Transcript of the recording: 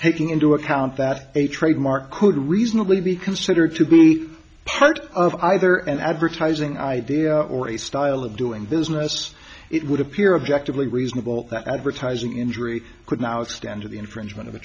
taking into account that a trademark could reasonably be considered to be part of either an advertising idea or a style of doing business it would appear objectively reasonable that advertising injury could now extend to the infringement of a